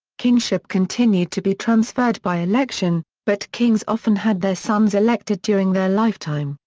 kingship continued to be transferred by election, but kings often had their sons elected during their lifetime,